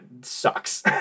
sucks